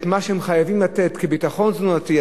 מה שהם מוכרחים לתת כביטחון תזונתי,